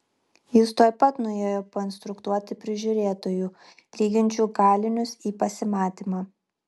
jis tuoj pat nuėjo painstruktuoti prižiūrėtojų lydinčių kalinius į pasimatymą